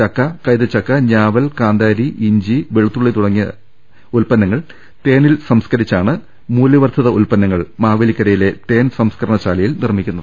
ചക്ക കൈതച്ചക്ക ഞാവൽ കാന്താ രി ഇഞ്ചി വെളുത്തുള്ളി എന്നിവ തേനിൽ സംസ്ക്കരിച്ചാണ് ഉൽപ്പ ന്നങ്ങൾ മാവേലിക്കരയിലെ തേൻ സംസ്ക്കരണശാലയിൽ നിർമ്മി ക്കുന്നത്